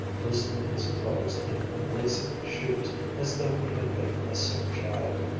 loosening his clothes and unlacing his shoes as though he had been a sick child.